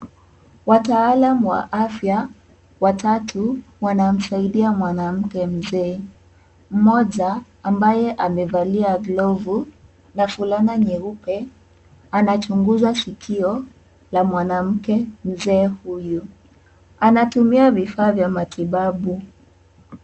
Wataalamu wa afya watatu wanamsaidia mwanamke mzee. Mmoja ambaye amevalia glovu na fulani nyeupe anachunguza sikio la mwanamke mzee huyu. Anatumia vifaa vya matibabu.